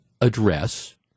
address